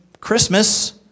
Christmas